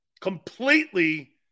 Completely